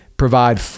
provide